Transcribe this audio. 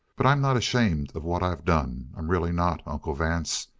but i'm not ashamed of what i've done. i'm really not, uncle vance.